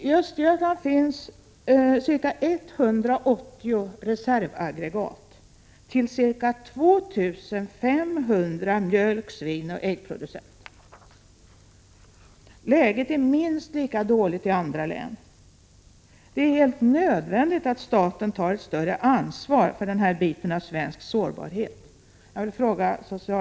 I Östergötland finns ca 180 reservaggregat till ca 2 500 mjölk-, svinoch äggproducenter. Läget är minst lika dåligt i andra län. Det är helt nödvändigt att staten tar ett större ansvar för denna bit av svensk sårbarhet.